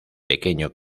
pequeño